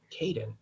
Caden